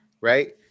Right